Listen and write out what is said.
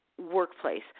workplace